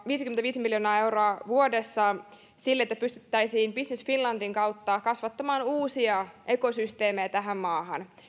viisikymmentäviisi miljoonaa euroa vuodessa sille että pystyttäisiin business finlandin kautta kasvattamaan uusia ekosysteemejä tähän maahan